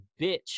bitch